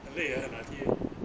很累 eh 拿 T_A